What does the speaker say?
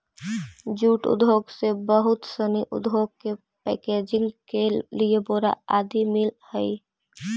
jute उद्योग से बहुत सनी उद्योग के पैकेजिंग के लिए बोरा आदि मिलऽ हइ